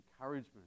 encouragement